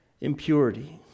impurity